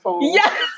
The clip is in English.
Yes